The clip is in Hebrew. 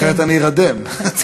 אתה נהנה מהסיטואציה.